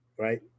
right